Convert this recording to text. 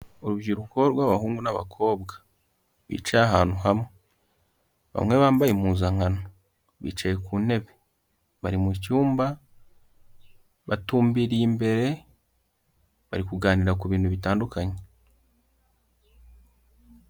Urubyiruko rw'abahungu n'abakobwa bicaye ahantu hamwe, bamwe bambaye impuzankano bicaye ku ntebe bari mu cyumba, batumbiriye imbere bari kuganira ku bintu bitandukanye.